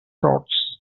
frauds